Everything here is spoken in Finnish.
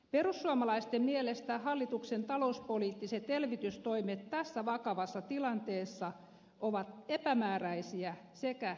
perussuomalaisten mielestä hallituksen talouspoliittiset elvytystoimet tässä vakavassa tilanteessa ovat epämääräisiä sekä riittämättömiä